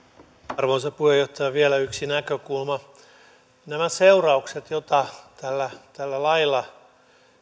arvoisa puheenjohtaja vielä yksi näkökulma nämä seuraukset joita tällä tällä lailla